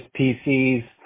PCs